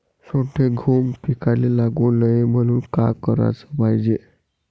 सोंडे, घुंग पिकाले लागू नये म्हनून का कराच पायजे?